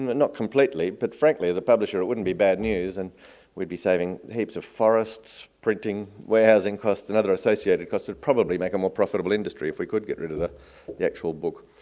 but not completely, but frankly the publisher it wouldn't be bad news, and we'd be saving heaps of forests, printing, warehousing costs and other associated costs, we'd probably make a more profitable industry if we could get rid of the actual book.